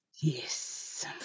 Yes